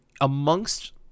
amongst